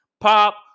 pop